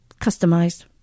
customized